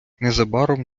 незабаром